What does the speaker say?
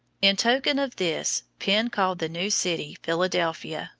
in token of this penn called the new city philadelphia,